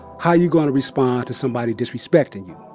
how you gonna respond to somebody disrespecting you?